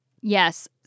Yes